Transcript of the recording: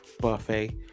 buffet